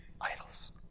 idols